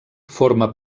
forma